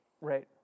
Right